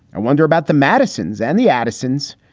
i wonder about the madisons and the addisons.